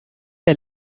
der